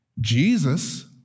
Jesus